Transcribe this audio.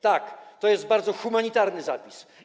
To jest bardzo humanitarny zapis.